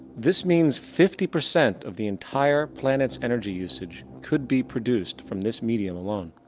this means fifty percent of the entire planets energy usage could be produced from this medium alone.